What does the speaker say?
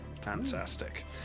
Fantastic